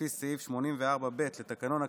לפי סעיף 84(ב) לתקנון הכנסת,